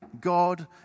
God